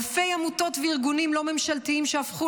אלפי עמותות וארגונים לא ממשלתיים הפכו